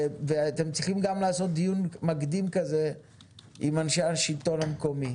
אתם צריכים גם לעשות דיון מקדים כזה עם אנשי השלטון המקומי.